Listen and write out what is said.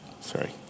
sorry